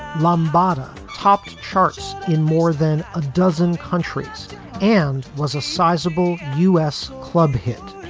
lombardo topped charts in more than a dozen countries and was a sizable u s. club hit.